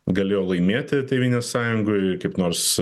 galėjo laimėti tėvynės sąjungoj kaip nors